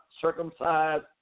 circumcised